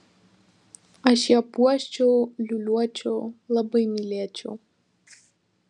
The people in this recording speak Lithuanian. aš ją puoščiau liūliuočiau labai mylėčiau